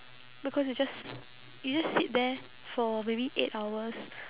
because you just you just sit there for maybe eight hours